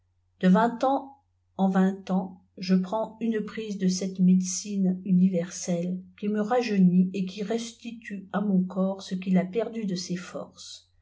de vingt ans eh vingt ang p je prends une prise de cette médecine universelle qui me raiç jeunit et qui restitue à mon corps ce qu'il a perdu de ses for